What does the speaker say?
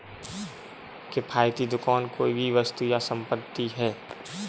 किफ़ायती दुकान कोई भी वस्तु या संपत्ति है